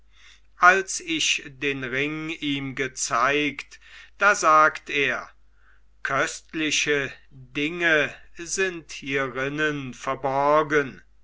als ich den ring ihm gezeigt da sagt er köstliche dinge sind hierinnen verborgen